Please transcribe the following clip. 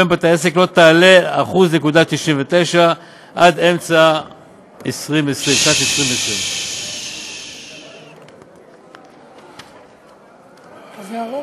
מבתי עסק לא תעלה על 1.99%. זה כזה ארוך?